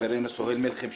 חברינו סוהיל מלחם,